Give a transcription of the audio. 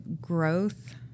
growth